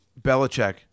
Belichick